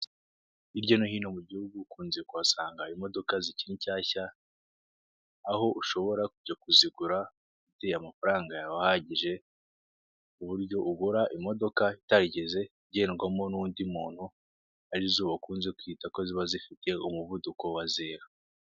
Hirya no hino mu gihugu ukunze kuhasanga imodoka zikiri nshyashya, aho ushobora kujya kuzigura aririya ma amafaranga yawe ahagije ku buryo ubura imodoka itarigeze igendwamo n'undi muntu, ari zo ukunze kwita ko ziba zifite umuvuduko wa zeru.